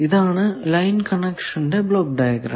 ഇതാണ് ലൈൻ കണക്ഷന്റെ block diagram